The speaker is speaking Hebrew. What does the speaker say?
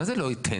מה זה לא ייתן?